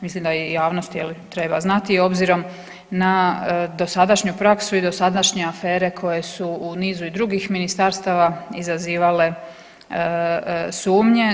Mislim da i javnost je li treba znati obzirom na dosadašnju praksu i dosadašnje afere koje su u nizu i drugih ministarstava izazivale sumnje.